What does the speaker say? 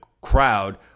crowd